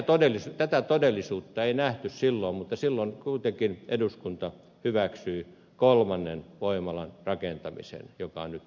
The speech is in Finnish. tätä todellisuutta ei nähty silloin mutta silloin kuitenkin eduskunta hyväksyi kolmannen voimalan rakentamisen joka on nyt käynnissä